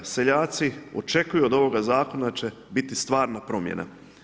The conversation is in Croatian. Seljaci očekuju od ovoga zakona, da će biti stvarna promjena.